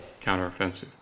counteroffensive